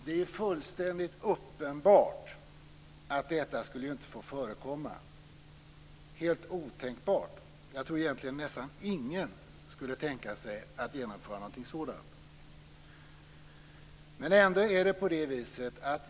Det är fullständigt uppenbart att detta inte skulle få förekomma, helt otänkbart. Jag tror egentligen nästan ingen kunde tänka sig att genomföra någonting sådant.